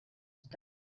star